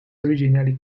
originally